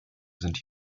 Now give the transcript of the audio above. sind